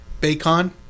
Bacon